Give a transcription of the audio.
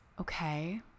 Okay